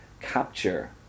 capture